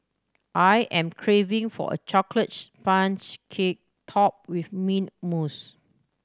I am craving for a sponge cake topped with mint mousse